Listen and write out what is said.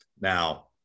Now